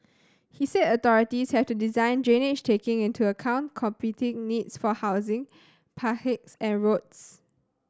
he said authorities have to design drainage taking into account competing needs for housing and roads